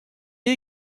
est